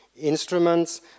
instruments